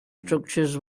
structures